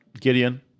Gideon